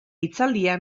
hitzaldia